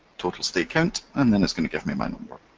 total state count, and then it's going to give me my number.